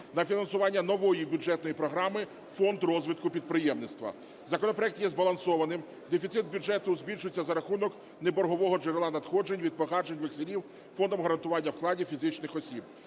на фінансування нової бюджетної програми "Фонд розвитку підприємництва". Законопроект є збалансованим, дефіцит бюджету збільшується за рахунок неборгового джерела надходжень – від погашення векселів Фондом гарантування вкладів фізичних осіб.